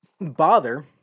bother